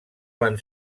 van